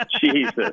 Jesus